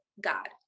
God